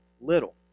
little